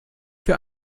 für